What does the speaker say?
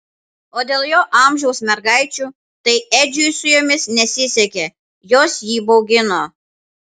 o dėl jo amžiaus mergaičių tai edžiui su jomis nesisekė jos jį baugino